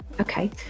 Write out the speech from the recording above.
Okay